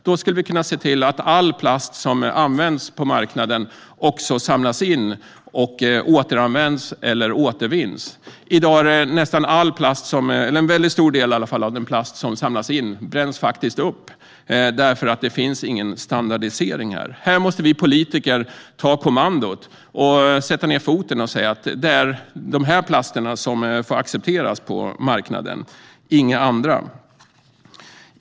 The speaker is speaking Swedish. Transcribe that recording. Då skulle vi kunna se till att all plast som används på marknaden också samlas in och återanvänds eller återvinns. I dag är det en väldigt stor del av den plast som samlas in som faktiskt bränns upp eftersom det inte finns någon standardisering. Här måste vi politiker ta kommandot och sätta ned foten och säga att det är de här plasterna som accepteras på marknaden och inga andra.